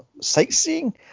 sightseeing